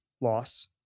loss